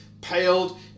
paled